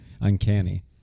Uncanny